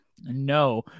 no